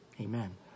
Amen